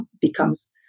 becomes